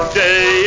day